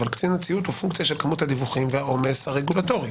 אבל קצין הציות הוא פונקציה של כמות הדיווחים והעומס הרגולטורי.